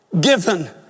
given